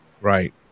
right